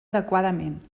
adequadament